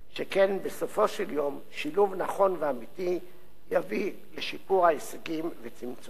שכן בסופו של יום שילוב נכון ואמיתי יביא לשיפור ההישגים וצמצום הפערים.